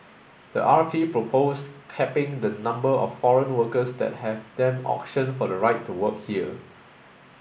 the R P proposed capping the number of foreign workers that have them auction for the right to work here